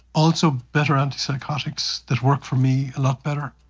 also better antipsychotics that work for me a lot better.